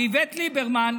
ואיווט ליברמן,